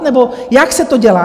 Nebo jak se to dělá?